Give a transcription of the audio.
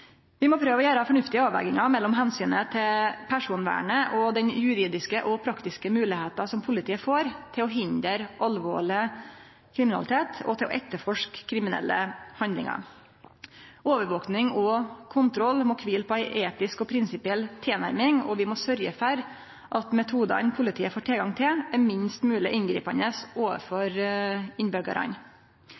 Vi må prøve å gjere fornuftige avvegingar mellom omsynet til personvernet og den juridiske og praktiske moglegheita politiet får til å hindre alvorleg kriminalitet og til å etterforske kriminelle handlingar. Overvaking og kontroll må kvile på ei etisk og prinsipiell tilnærming, og vi må sørgje for at metodane politiet får tilgang til, er minst mogleg inngripande overfor